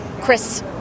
Chris